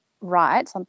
right